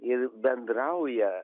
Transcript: ir bendrauja